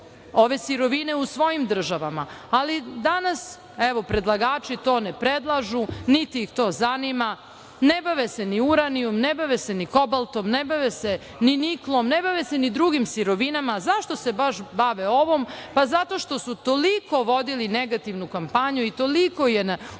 ove sirovine u svojim državama, ali danas, evo, predlagači to ne predlažu, niti ih to zanima, ne bave se ni uranijumom, ne bave se ni kobaltom, ne bave se ni niklom, ne bave se ni drugim sirovinama.Zašto se baš bave ovom? Zato što su toliko vodili negativnu kampanju i toliko je u